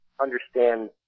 understand